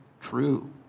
true